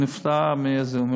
הוא נפטר מהזיהום,